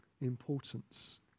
importance